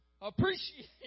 appreciate